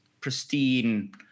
pristine